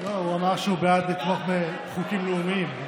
לא, הוא אמר שהוא בעד לתמוך בחוקים לאומיים.